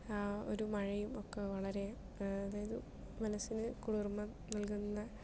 ആ ഒരു മഴയും ഒക്കെ വളരെ അതായത് മനസിന് കുളിർമ നൽകുന്ന